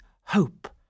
hope